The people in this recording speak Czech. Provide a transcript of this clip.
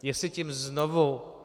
Jestli tím znovu...